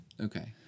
Okay